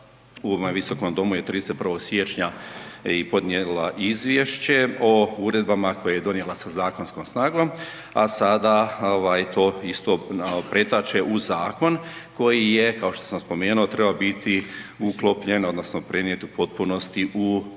visokom domu je 31. siječnja i podnijela izvješće o uredbama koje je donijela sa zakonskom snagom, a sada ovaj to isto pretače u zakon koji je, kao što sam spomenuo trebao biti uklopljen odnosno prenijet u potpunosti u Ovršni